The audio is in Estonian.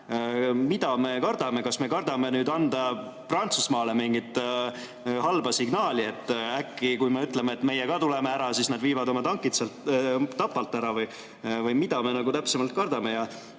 Mida me kardame? Kas me kardame anda Prantsusmaale mingit halba signaali, et äkki, kui me ütleme, et meie ka tuleme ära, siis nad viivad oma tankid Tapalt ära? Mida me täpselt kardame?